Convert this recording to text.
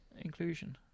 inclusion